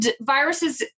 viruses